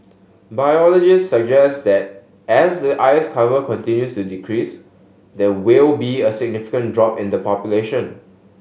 biologists suggest that as the ice cover continues to decrease there will be a significant drop in the population